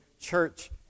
church